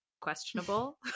questionable